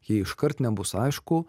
jei iškart nebus aišku